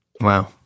Wow